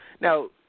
Now